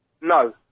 No